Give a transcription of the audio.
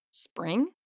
Spring